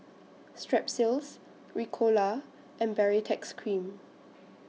Strepsils Ricola and Baritex Cream